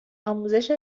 آموزش